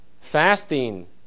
fasting